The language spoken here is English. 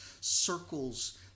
circles